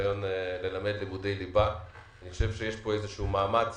ניסיון ללמד לימודי ליבה ואני חושב שיש פה איזשהו מאמץ